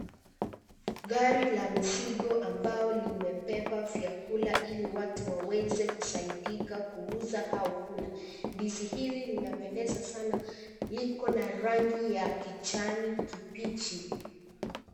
Gari la mizingo ambao limebeba vyakula ili watu waweze kusaidika kuuza hao kula. Ndizi hili linapendeza sana. Liko na rangi ya kijani kipichi.